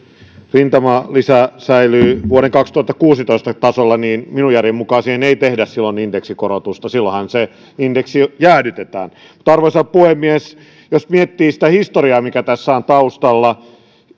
rintamalisä säilyy vuoden kaksituhattakuusitoista tasolla niin minun järkeni mukaan siihen ei tehdä silloin indeksikorotusta silloinhan se indeksi jäädytetään arvoisa puhemies jos miettii sitä historiaa mikä tässä on taustalla